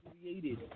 created